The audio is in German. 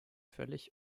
völlig